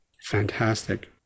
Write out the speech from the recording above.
fantastic